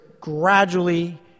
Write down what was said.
gradually